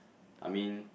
I mean